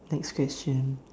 next question